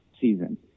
season